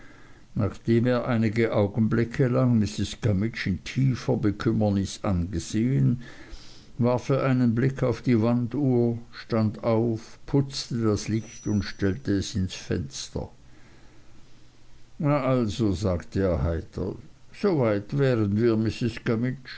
nachdem er einige augenblicke lang mrs gummidge in tiefer bekümmernis angesehen warf er einen blick auf die wanduhr stand auf putzte das licht und stellte es ins fenster na also sagte er heiter so weit wären wir